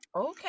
Okay